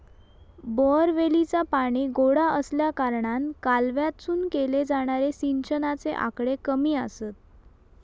बोअरवेलीचा पाणी गोडा आसल्याकारणान कालव्यातसून केले जाणारे सिंचनाचे आकडे कमी आसत